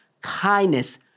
kindness